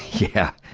yeah,